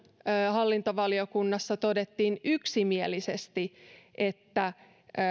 hallintovaliokunnassa todettiin yksimielisesti että